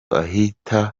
ahita